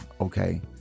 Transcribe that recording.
okay